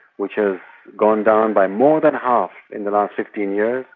which has gone down by more than half in the last fifteen years.